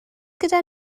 gyda